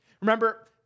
Remember